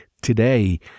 today